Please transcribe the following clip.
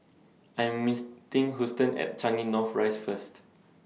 I Am Houston At Changi North Rise First